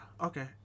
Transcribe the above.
Okay